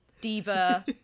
diva